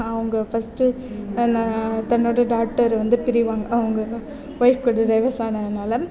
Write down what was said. அவங்க ஃபஸ்ட்டு என்ன தன்னோட டாட்டர் வந்து பிரிவாங்க அவங்க வொய்ஃப் கூட டைவர்ஸ்ஸானதனால்